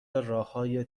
راههای